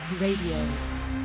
Radio